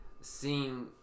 Seeing